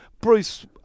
Bruce